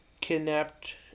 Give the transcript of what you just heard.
Kidnapped